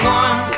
one